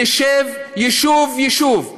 שנשב יישוב-יישוב,